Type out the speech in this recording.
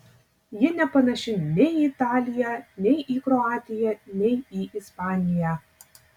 ji nepanaši nei į italiją nei į kroatiją nei į ispaniją